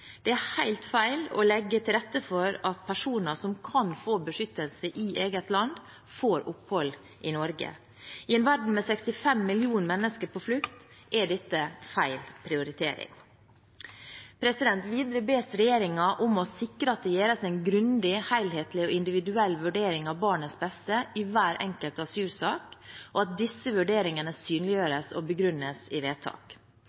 Det er helt feil å legge til rette for at personer som kan få beskyttelse i eget land, får opphold i Norge. I en verden med 65 millioner mennesker på flukt er dette feil prioritering. Videre bes regjeringen om å «sikre at det gjøres en grundig, helhetlig og individuell vurdering av barnets beste i hver enkelt asylsak, og at disse vurderingene synliggjøres og begrunnes i vedtak».